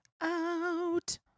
Out